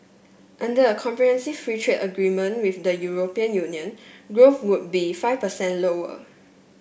under a comprehensive free trade agreement with the European Union growth would be five percent lower